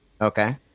okay